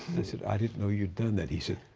i said i didn't know you'd done that. he said,